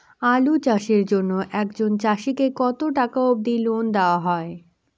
আলু চাষের জন্য একজন চাষীক কতো টাকা অব্দি লোন দেওয়া হয়?